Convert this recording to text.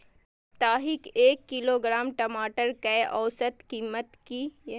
साप्ताहिक एक किलोग्राम टमाटर कै औसत कीमत किए?